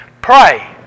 Pray